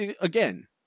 Again